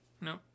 no